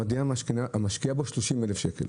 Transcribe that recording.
המדינה משקיעה בו 30 אלף שקל,